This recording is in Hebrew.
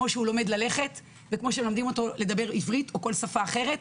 כמו שהוא לומד ללכת וכמו שמלמדים אותו לדבר עברית או כל שפה אחרת,